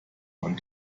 man